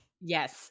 Yes